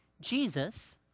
Jesus